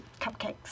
cupcakes